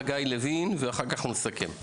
חגי לוין ואחר כך נסכם.